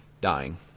dying